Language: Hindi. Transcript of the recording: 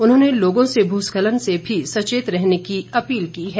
उन्होंने लोगों से भूस्खलन से भी सचेत रहने की अपील की है